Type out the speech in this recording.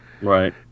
Right